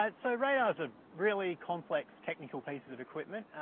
ah so radars are really complex, technical pieces of equipment.